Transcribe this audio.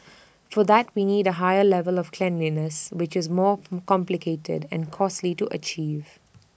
for that we need A higher level of cleanliness which is more complicated and costly to achieve